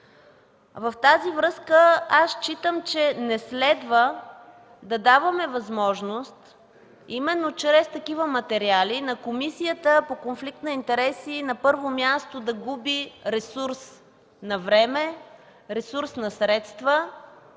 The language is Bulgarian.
В тази връзка аз считам, че не следва да даваме възможност именно чрез такива материали на Комисията по конфликт на интереси, на първо място, да губи ресурс на време, ресурс на средства